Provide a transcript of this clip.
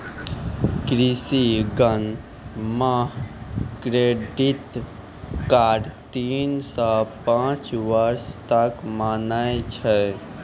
कृषि ऋण मह क्रेडित कार्ड तीन सह पाँच बर्ष तक मान्य छै